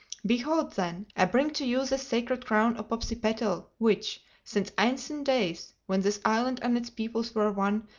behold then, i bring to you the sacred crown of popsipetel which, since ancient days when this island and its peoples were one,